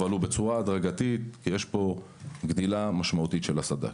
אבל הוא בצורה הדרגתית כי יש פה גדילה משמעותית של הסד"כ.